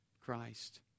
Christ